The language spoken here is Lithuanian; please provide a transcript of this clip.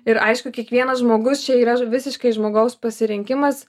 ir aišku kiekvienas žmogus čia yra visiškai žmogaus pasirinkimas